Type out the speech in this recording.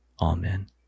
amen